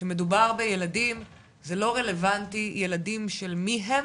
כשמדובר בילדים זה לא רלוונטי ילדים של מי הם,